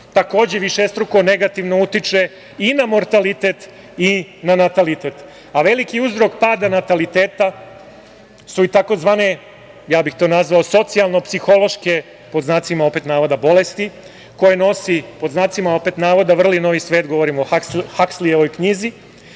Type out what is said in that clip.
takođe višestruko negativno utiče i na mortalitet i na natalitet. Veliki uzrok pada nataliteta su i tzv. ja bih to nazvao socijalno-psihološke, pod znacima navoda, bolesti, koje nosi, pod znacima navoda, vrli novi svet, govorim o Hakslijevo knjizi.